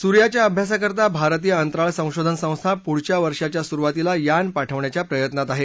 सूर्याच्या अभ्यासाकरता भारतीय अंतराळ संशोधन संस्था पुढच्या वर्षाच्या सुरुवातीला यान पाठवण्याच्या प्रयत्नात आहे